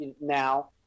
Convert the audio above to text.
now